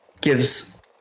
gives